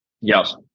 yes